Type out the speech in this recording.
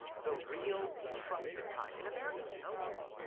the real, trusted kind. and americans know this.